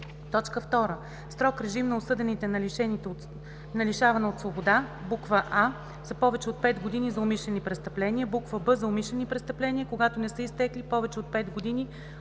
замяна; 2. строг режим на осъдените на лишаване от свобода: а) за повече от 5 години за умишлени престъпления; б) за умишлени престъпления, когато не са изтекли повече от 5 години